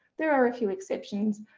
there are a few exceptions.